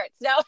no